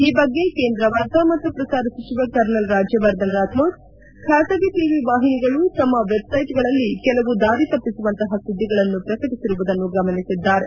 ಈ ಬಗ್ಗೆ ಕೇಂದ್ರ ವಾರ್ತಾ ಮತ್ತು ಪ್ರಸಾರ ಸಚಿವ ಕರ್ನಲ್ ರಾಜವರ್ಧನ ರಾಥೋಡ್ ಖಾಸಗಿ ಟಿವಿ ವಾಹಿನಿಗಳು ತಮ್ಮ ವೆಬ್ಸೈಟ್ಗಳಲ್ಲಿ ಕೆಲವು ದಾರಿ ತಪ್ಪಿಸುವಂತಹ ಸುದ್ದಿಗಳನ್ನು ಪ್ರಕಟಿಸಿರುವುದನ್ನು ಗಮನಿಸಿದ್ದಾರೆ